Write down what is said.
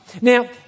Now